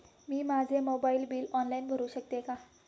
मी माझे mobile bill online भरू शकते का?